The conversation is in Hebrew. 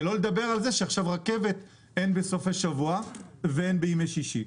שלא לדבר על זה שעכשיו גם אין רכבת בסופי שבוע ובימי שישי.